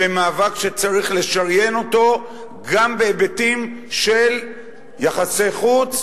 וזה מאבק שצריך לשריין אותו גם בהיבטים של יחסי חוץ,